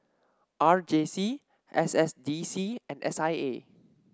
R J C S S D C and S I A